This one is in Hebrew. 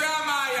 אתה יודע למה?